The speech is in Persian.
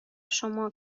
شما